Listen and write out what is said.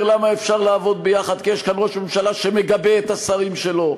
למה אפשר לעבוד יחד: כי יש כאן ראש ממשלה שמגבה את השרים שלו,